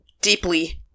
deeply